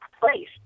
place